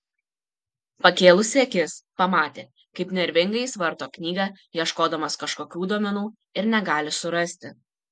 pakėlusi akis pamatė kaip nervingai jis varto knygą ieškodamas kažkokių duomenų ir negali surasti